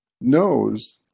knows